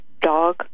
dog